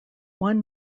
one